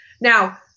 now